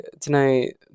tonight